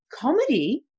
comedy